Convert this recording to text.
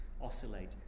oscillate